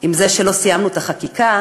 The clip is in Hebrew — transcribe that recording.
עם זה שלא סיימנו את החקיקה.